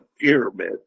pyramid